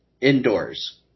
indoors